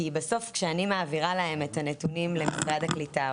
כי בסוף כשאני מעבירה להם את הנתונים למשרד הקליטה,